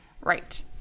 Right